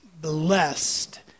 blessed